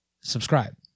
subscribe